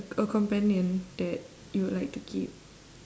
a companion that you would like to keep